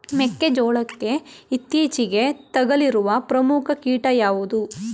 ಮೆಕ್ಕೆ ಜೋಳಕ್ಕೆ ಇತ್ತೀಚೆಗೆ ತಗುಲಿರುವ ಪ್ರಮುಖ ಕೀಟ ಯಾವುದು?